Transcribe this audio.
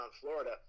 florida